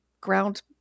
ground